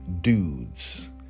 dudes